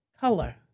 color